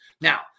Now